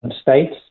states